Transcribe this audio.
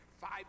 five